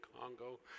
Congo